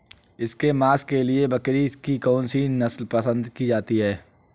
इसके मांस के लिए बकरी की कौन सी नस्ल पसंद की जाती है?